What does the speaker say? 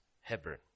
Hebron